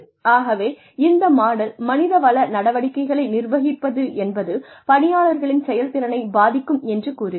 ஆகவே இந்த மாடல் மனிதவள நடவடிக்கைகளை நிர்வகிப்பதென்பது பணியாளர்களின் செயல்திறனை பாதிக்கும் என்று கூறுகிறது